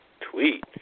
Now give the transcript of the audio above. tweet